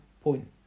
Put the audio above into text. point